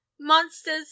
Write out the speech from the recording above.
Monsters